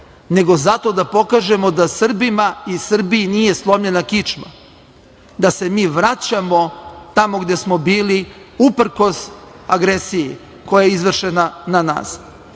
nego zato da pokažemo da Srbima i Srbiji nije slomljena kičma, da se mi vraćamo tamo gde smo bili uprkos agresiji koja je izvršena na nas.